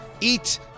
Eat